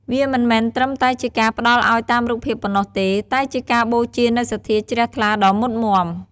វាមិនមែនត្រឹមតែជាការផ្ដល់ឱ្យតាមរូបភាពប៉ុណ្ណោះទេ តែជាការបូជានូវសទ្ធាជ្រះថ្លាដ៏មុតមាំ។